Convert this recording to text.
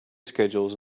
schedules